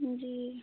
जी